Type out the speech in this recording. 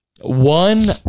One